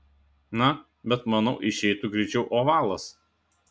na bet manau išeitų greičiau ovalas